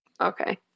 Okay